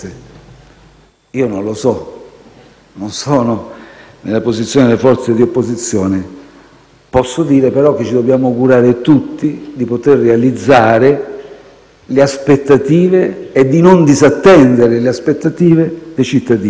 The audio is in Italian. Io non lo so, non sono nella posizione delle forze di opposizione; posso però dire che ci dobbiamo augurare tutti di poter realizzare e di non disattendere le aspettative dei cittadini